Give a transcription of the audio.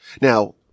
Now